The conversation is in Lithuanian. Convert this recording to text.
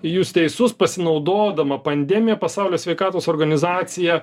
jūs teisus pasinaudodama pandemija pasaulio sveikatos organizacija